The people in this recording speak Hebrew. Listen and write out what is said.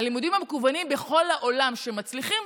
הלימודים המקוונים בכל העולם מצליחים,